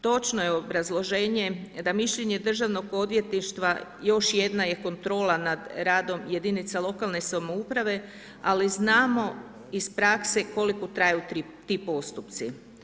Točno je obrazloženje da mišljenje državnog odvjetništva još jedna je kontrola nad radom jedinica lokalne samouprave, ali znamo iz prakse koliko traju ti postupci.